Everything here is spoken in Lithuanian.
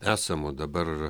esamų dabar